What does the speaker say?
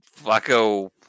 Flacco